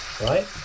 right